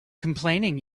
complaining